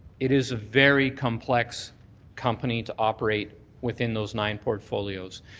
it is a very complex company to operate within those nine portfolios.